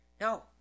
No